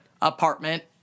apartment